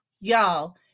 y'all